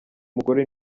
mugore